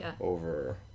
over